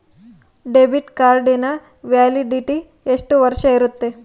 Debit ಕಾರ್ಡಿನ validity ಎಷ್ಟು ವರ್ಷ ಇರುತ್ತೆ?